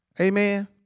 Amen